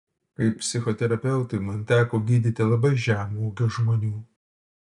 kaip psichoterapeutui man teko gydyti labai žemo ūgio žmonių